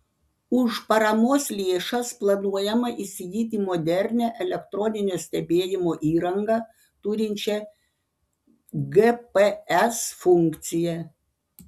už paramos lėšas planuojama įsigyti modernią elektroninio stebėjimo įrangą turinčią gps funkciją